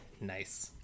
Nice